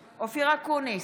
אקוניס,